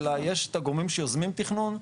אלא יש את הגורמים שיוזמים תכנון,